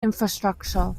infrastructure